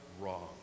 wrong